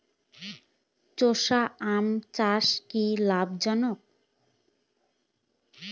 চোষা আম চাষ কি লাভজনক?